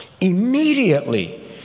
Immediately